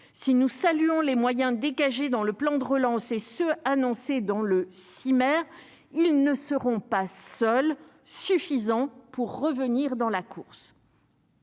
si nous saluons les moyens dégagés dans le plan de relance et ceux annoncés dans le 6 maires, ils ne seront pas seuls suffisant pour revenir dans la course.